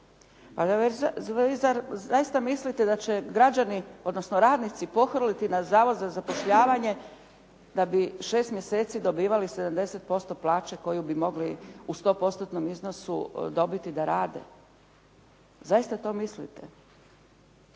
dana. Zar zaista mislite da će građani, odnosno radnici pohrliti na zavod za zapošljavanje da bi 6 mjeseci dobivali 70% plaće koju bi mogli u 100%-tnom iznosu dobiti da rade? Zaista to mislite?